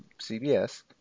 CBS